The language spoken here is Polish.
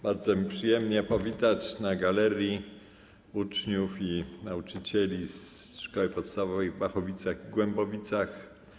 Bardzo mi przyjemnie powitać na galerii uczniów i nauczycieli ze szkół podstawowych w Bachowicach i Głębowicach.